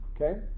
okay